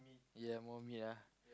ya more meat ah